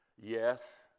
yes